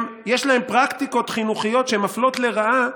יש להם פרקטיקות חינוכיות שמפלות לרעה,